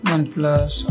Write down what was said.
OnePlus